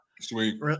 sweet